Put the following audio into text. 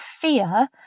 fear